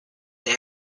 they